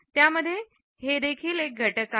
यामध्ये हे देखील एक घटक आहे